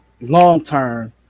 long-term